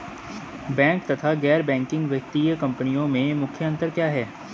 Bank तथा गैर banking वित्तीय कंपनियों में मुख्य अंतर क्या है?